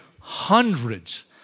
hundreds